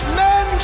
men